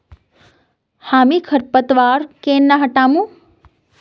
हामी खरपतवार केन न हटामु